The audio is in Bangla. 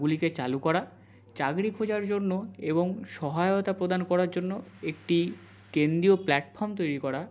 গুলিকে চালু করা চাকরি খোঁজার জন্য এবং সহায়তা প্রদান করার জন্য একটি কেন্দ্রীয় প্ল্যাটফর্ম তৈরি করা